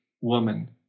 woman